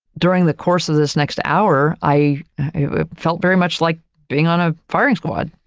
during the course of this next hour, i felt very much like being on a firing squad.